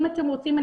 אם אתם רוצים,